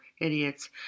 idiots